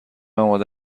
آماده